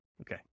Okay